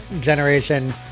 generation